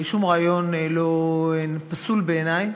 שום רעיון לא פסול בעיני,